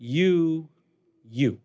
you you